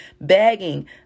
begging